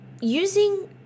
using